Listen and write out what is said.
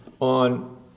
on